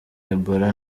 ebola